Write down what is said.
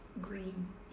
green